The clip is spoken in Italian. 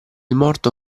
morto